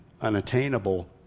unattainable